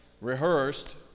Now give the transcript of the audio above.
rehearsed